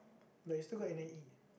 but you still go N_I_E